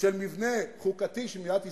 של מבנה חוקתי של מדינת ישראל,